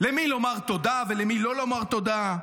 למי לומר תודה ולמי לא לומר תודה,